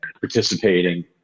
participating